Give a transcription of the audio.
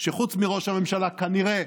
שחוץ מראש הממשלה, כנראה,